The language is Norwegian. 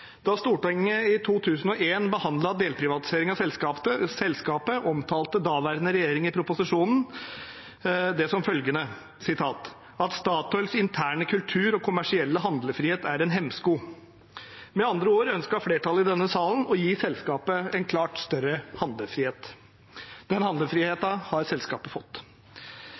Da Stortinget i 2001 behandlet delprivatisering av selskapet, omtalte daværende regjering i proposisjonen det som følgende: at Statoils interne kultur og kommersielle handlefrihet er en hemsko. Med andre ord ønsket flertallet i denne salen å gi selskapet en klart større handlefrihet. Den handlefriheten har selskapet fått.